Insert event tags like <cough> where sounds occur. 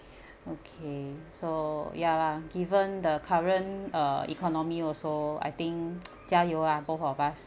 okay so ya lah given the current uh economy also I think <noise> jia you ah both of us